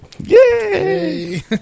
Yay